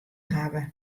hawwe